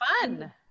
fun